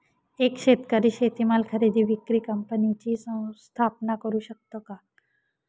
एक शेतकरी शेतीमाल खरेदी विक्री कंपनीची स्थापना करु शकतो का?